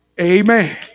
Amen